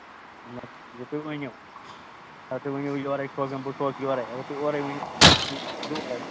نہَ یہِ تُہۍ ؤنِو اَگر تُہۍ ؤنِو یوٚرے سوزن بہٕ بہٕ سوزٕ یوٚرے اَگر تُہۍ اوورٕے ؤنِو تُہۍ سوٗزِو اورٕے